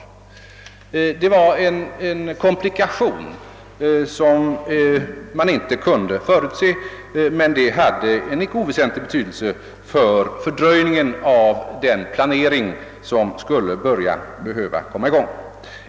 Detta var en komplikation som man inte kunde förutse, men det hade en icke oväsentlig betydelse för fördröjningen av den planering, som behövde komma i gång.